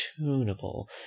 tunable